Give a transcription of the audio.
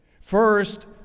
First